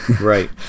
Right